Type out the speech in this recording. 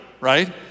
right